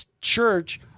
church